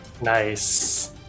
Nice